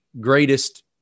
greatest –